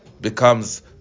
becomes